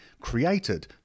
created